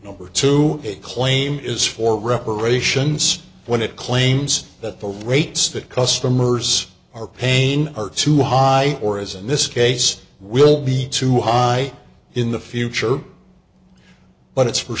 or to a claim is for reparations when it claims that the rates that customers are paying are too high or is in this case will be too high in the future but it's for